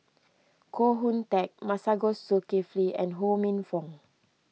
Koh Hoon Teck Masagos Zulkifli and Ho Minfong